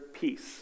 peace